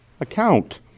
account